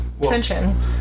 tension